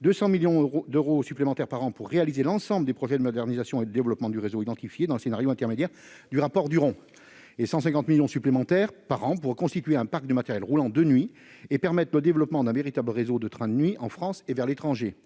200 millions d'euros supplémentaires par an pour réaliser l'ensemble des projets de modernisation et de développement du réseau identifié dans le scénario intermédiaire du rapport Duron et 150 millions d'euros supplémentaires par an pour reconstituer un parc de matériel roulant de nuit et favoriser le développement d'un véritable réseau de trains de nuit en France et vers l'étranger.